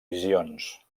visions